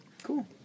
Cool